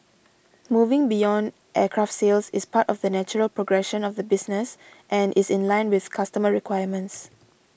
moving beyond aircraft sales is part of the natural progression of the business and is in line with customer requirements